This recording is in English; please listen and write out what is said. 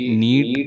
need